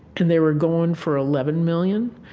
and they were going for eleven million.